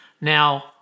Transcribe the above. Now